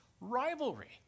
rivalry